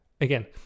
Again